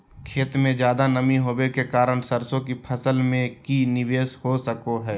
खेत में ज्यादा नमी होबे के कारण सरसों की फसल में की निवेस हो सको हय?